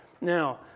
Now